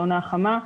העונה החמה.